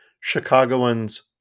Chicagoans